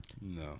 No